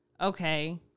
okay